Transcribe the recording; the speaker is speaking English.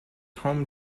home